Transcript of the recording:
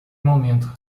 momento